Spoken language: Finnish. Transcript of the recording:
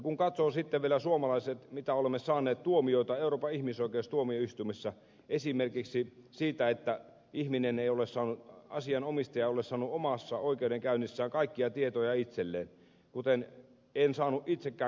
kannattaa katsoa sitten vielä mitä tuomioita me suomalaiset olemme saaneet euroopan ihmisoikeustuomioistuimessa esimerkiksi siitä että asianomistaja ei ole saanut omassa oikeudenkäynnissään kaikkia tietoja itselleen kuten en saanut itsekään